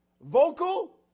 vocal